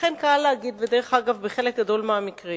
אכן קל להגיד, ואגב, בחלק גדול מהמקרים